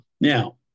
Now